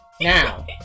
Now